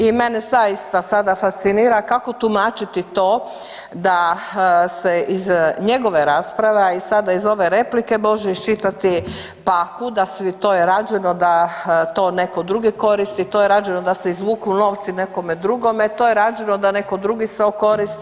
I mene zaista sada fascinira kako tumačiti to da se iz njegove rasprave, a i sada iz ove replike može iščitati pa kuda svi, to je rađeno da to netko drugi koristi, to je rađeno da se izvuku novci nekome drugome, to je rađeno da netko drugi se okoristi.